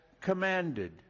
commanded